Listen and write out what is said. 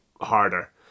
harder